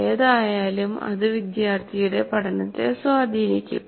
ഏതായാലും അത് വിദ്യാർത്ഥിയുടെ പഠനത്തെ സ്വാധീനിക്കും